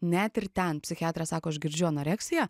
net ir ten psichiatras sako aš girdžiu anoreksiją